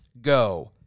go